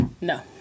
No